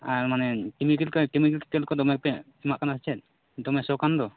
ᱟᱨ ᱢᱟᱱᱮ chemical chemical ᱫᱚᱢᱮ ᱯᱮ ᱮᱢᱟᱜ ᱠᱟᱱᱟ ᱥᱮ ᱪᱮᱫ ᱫᱚᱢᱮ ᱥᱚ ᱠᱟᱱ ᱫᱚ